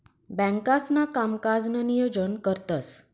बँकांसणा कामकाजनं नियोजन करतंस